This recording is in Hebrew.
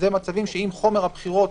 אלה מצבים שאם חומר הבחירות